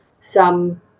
some-